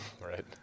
Right